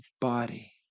body